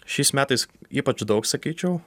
šiais metais ypač daug sakyčiau